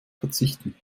verzichten